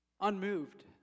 Unmoved